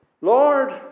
Lord